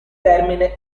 termine